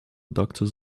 doctors